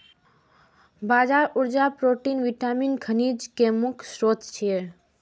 बाजरा ऊर्जा, protein, vitamin, खनिज के मुख्य स्रोत छियै